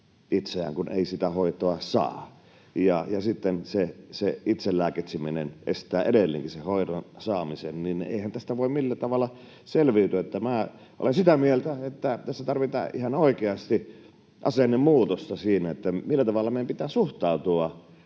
itseään, kun ei sitä hoitoa saa, että sitten se itselääkitseminen estää edelleen sen hoidon saamisen. Eihän tästä voi millään tavalla selviytyä. Minä olen sitä mieltä, että tässä tarvitaan ihan oikeasti asennemuutossa siinä, millä tavalla meidän pitää suhtautua